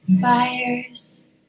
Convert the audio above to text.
fires